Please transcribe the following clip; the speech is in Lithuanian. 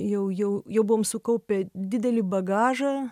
jau jau jau buvom sukaupę didelį bagažą